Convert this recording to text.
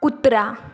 कुत्रा